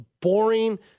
boring